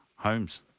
Homes